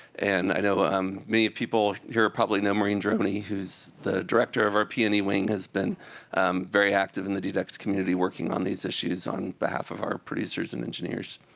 and i know ah um many people here probably know maureen droney, who's the director of our p and e wing, has been very active in the ddex community, working on these issues on behalf of our producers and engineers.